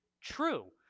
true